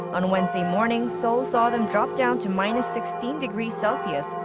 on wednesday morning, seoul saw them drop down to minus sixteen degrees celsius,